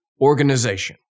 organization